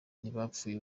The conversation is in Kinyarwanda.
ntibapfuye